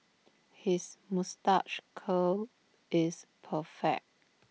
his moustache curl is perfect